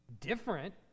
different